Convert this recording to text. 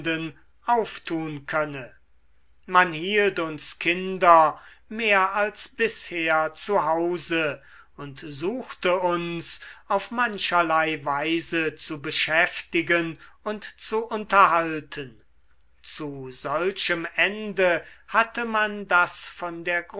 auftun könne man hielt uns kinder mehr als bisher zu hause und suchte uns auf mancherlei weise zu beschäftigen und zu unterhalten zu solchem ende hatte man das von der